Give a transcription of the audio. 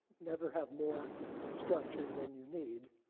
never have more structure than you need,